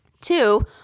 Two